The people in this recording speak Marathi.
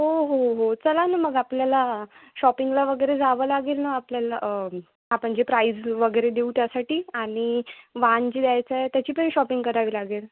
हो हो हो चला ना मग आपल्याला शॉपिंगला वगैरे जावं लागेल ना आपल्याला आपण जे प्राईज वगैरे देऊ त्यासाठी आणि वाण जे द्यायचं आहे त्याची पण शॉपिंग करावी लागेल